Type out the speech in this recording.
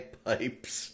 pipes